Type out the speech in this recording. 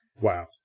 wow